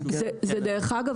--- דרך אגב,